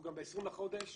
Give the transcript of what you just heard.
ב-20 בחודש